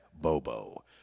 Bobo